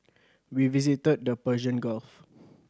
we visited the Persian Gulf